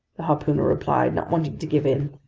the harpooner replied, not wanting to give in.